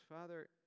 Father